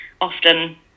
often